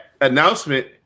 announcement